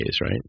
right